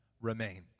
Remain